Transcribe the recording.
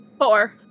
Four